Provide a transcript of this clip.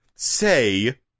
Say